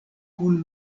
kun